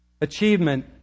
achievement